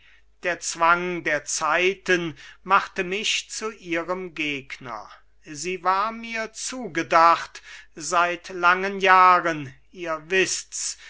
der zwang der zeiten machte mich zu ihrem gegner sie war mir zugedacht seit langen jahren ihr wißt's